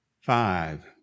five